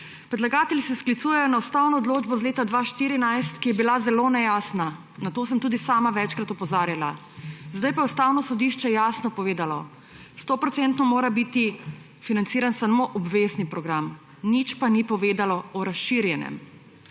Predlagatelji se sklicujejo na ustavno odločbo iz leta 2014, ki je bila zelo nejasna, na to sem tudi sama večkrat opozarjala, zdaj pa je Ustavno sodišče jasno povedalo, 100-odstotno mora biti financiran samo obvezni program, nič pa ni povedalo o razširjenem.